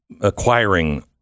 acquiring